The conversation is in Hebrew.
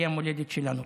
שהיא המולדת שלנו.